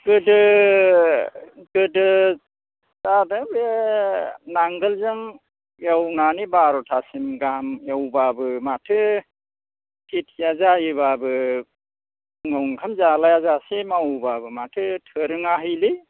गोदो गोदो जादों बे नांगालजों एवनानै बार'थासिम गाहाम एवब्लाबो माथो खेथिया जायोब्लाबो फुङाव ओंखाम जालाजासे मावोब्लाबो माथो थोरोङाखै